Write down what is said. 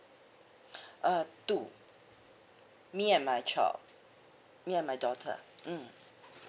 uh two me and my child me and my daughter mm